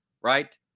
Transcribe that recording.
right